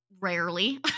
Rarely